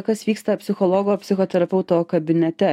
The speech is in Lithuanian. kas vyksta psichologo psichoterapeuto kabinete